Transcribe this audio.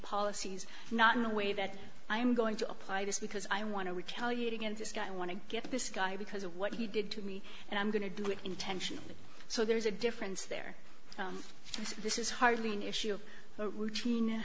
policies not in a way that i am going to apply this because i want to retaliate against i want to get this guy because of what he did to me and i'm going to do it intentionally so there is a difference there this is hardly an issue of routine